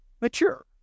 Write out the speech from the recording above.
mature